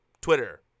Twitter